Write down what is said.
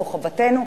זו חובתנו,